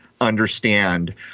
understand